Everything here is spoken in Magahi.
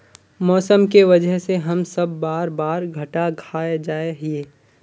मौसम के वजह से हम सब बार बार घटा खा जाए हीये?